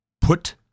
put